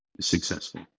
successful